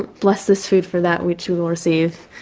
bless this food, for that which we will receive,